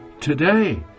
today